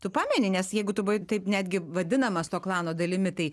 tu pameni nes jeigu tu buvai taip netgi vadinamas to klano dalimi tai